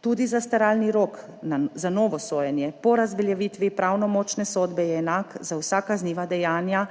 Tudi zastaralni rok za novo sojenje po razveljavitvi pravnomočne sodbe je enak za vsa kazniva dejanja,